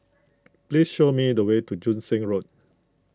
please show me the way to Joo Seng Road